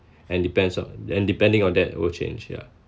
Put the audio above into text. and depends on and depending on that it will change yeah